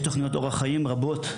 יש תכניות אורח חיים רבות,